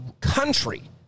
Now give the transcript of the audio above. country